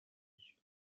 page